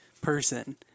person